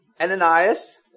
Ananias